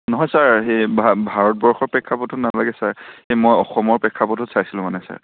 নহয় ছাৰ সেই ভা ভাৰতবৰ্ষৰ প্ৰেক্ষাপটত নালাগে ছাৰ মই অসমৰ প্ৰেক্ষাপটত চাইছিলোঁ মানে ছাৰ